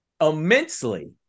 immensely